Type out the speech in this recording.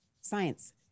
science